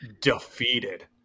defeated